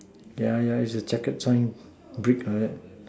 yeah yeah you should check the sign big on it